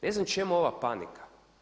Ne znam čemu ova panika?